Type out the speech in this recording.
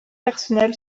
personnel